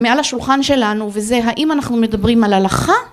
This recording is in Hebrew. מעל השולחן שלנו וזה האם אנחנו מדברים על הלכה?